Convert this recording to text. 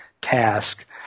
task